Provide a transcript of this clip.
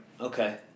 Okay